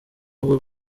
ubwo